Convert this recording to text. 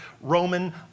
Roman